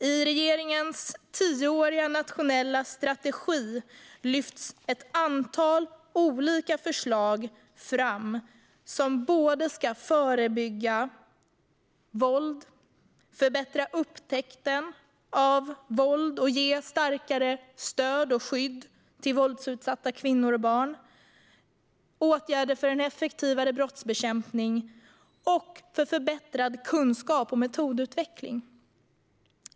I regeringens tioåriga nationella strategi lyfts ett antal olika förslag fram, som ska förebygga våld, förbättra upptäckten av våld och ge starkare stöd och skydd till våldsutsatta kvinnor och barn. Här ingår även åtgärder för en effektivare våldsbekämpning och för förbättrad kunskap och metodutveckling.